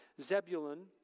Zebulun